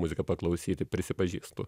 muziką paklausyti prisipažįstu